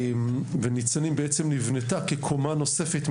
ותוכנית ״ניצנים״ נבנתה בעצם כקומה נוספת,